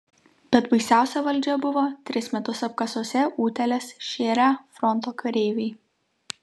bet baisiausia valdžia buvo tris metus apkasuose utėles šėrę fronto kareiviai